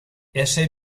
ese